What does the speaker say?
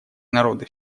народы